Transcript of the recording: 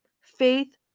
faith